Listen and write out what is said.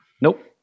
Nope